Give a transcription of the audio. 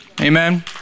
Amen